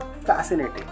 Fascinating